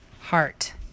Heart